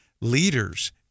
leaders